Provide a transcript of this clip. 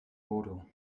bodo